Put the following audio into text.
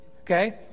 Okay